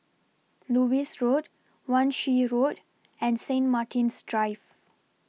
Lewis Road Wan Shih Road and Saint Martin's Drive